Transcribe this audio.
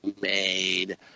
made